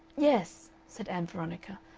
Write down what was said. yes, said ann veronica,